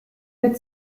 der